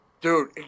Dude